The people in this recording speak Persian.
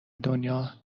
دنیا